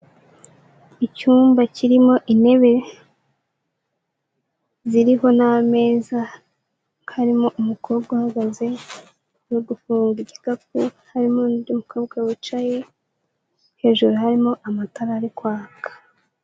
Icyumba kirimo intebe ziriho n'ameza harimo umukobwa uhagaze, uri gufunga igikapu harimo n'undi mukobwa wicaye hejuru harimo amatara ari kwaka.